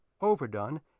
Overdone